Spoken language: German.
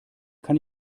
kann